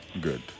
good